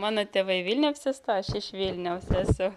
mano tėvai vilniuj apsistoję aš iš vilniaus esu